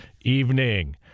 evening